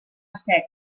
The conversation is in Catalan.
ser